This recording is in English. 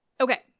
okay